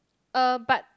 uh but